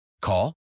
Call